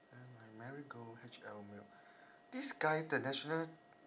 my marigold H_L milk this guy the national